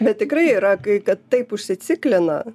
bet tikrai yra kai kad taip užsiciklina